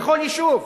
בכל יישוב.